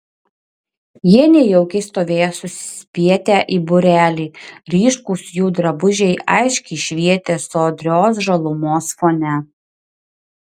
jie nejaukiai stovėjo susispietę į būrelį ryškūs jų drabužiai aiškiai švietė sodrios žalumos fone